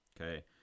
okay